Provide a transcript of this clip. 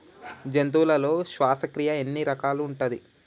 జంతువులలో శ్వాసక్రియ ఎన్ని రకాలు ఉంటది?